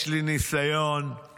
יש לי ניסיון עם